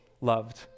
loved